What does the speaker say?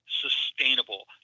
sustainable